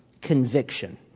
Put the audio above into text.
conviction